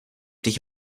dich